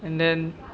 and then